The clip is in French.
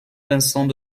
vincent